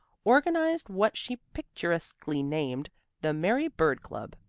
organized what she picturesquely named the mary-bird club.